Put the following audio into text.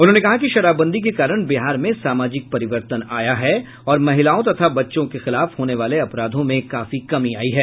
उन्होंने कहा कि शराबबंदी के कारण बिहार में सामाजिक परिवर्तन आया है और महिलाओं तथा बच्चों के खिलाफ होने वाले अपराधों में काफी कमी आयी है